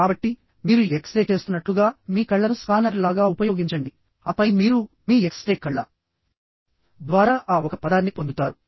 కాబట్టి మీరు X ray చేస్తున్నట్లుగా మీ కళ్ళను స్కానర్ లాగా ఉపయోగించండి ఆపై మీరు మీ ఎక్స్ రే కళ్ళ ద్వారా ఆ ఒక పదాన్ని పొందుతారు